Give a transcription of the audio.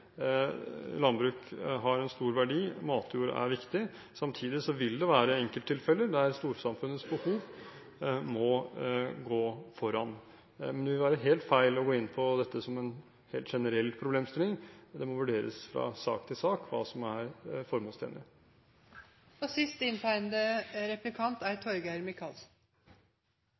Landbruk har en stor verdi. Matjord er viktig. Samtidig vil det være enkelttilfeller der storsamfunnets behov må gå foran. Det vil være helt feil å gå inn på dette som en helt generell problemstilling. Det må vurderes fra sak til sak hva som er formålstjenlig. Siden vi er